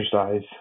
exercise